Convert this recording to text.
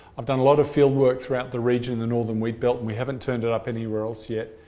i've done a lot of field work throughout the region in the northern wheatbelt we haven't turned it up anywhere else yet.